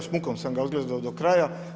S mukom sam ga odgledao do kraja.